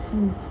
mm